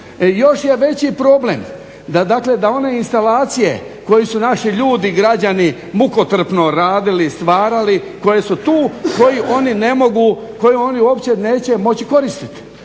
Još je veći problem da one instalacije koje su naši ljudi građani mukotrpno radili i stvarali koji su to koji oni ne mogu, koje oni uopće neće moći koristiti.